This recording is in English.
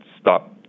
stop